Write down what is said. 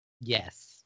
yes